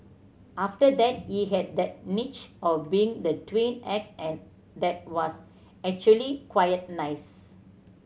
after that he had that niche of being the twin act and that was actually quite nice